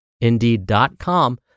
indeed.com